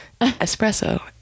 Espresso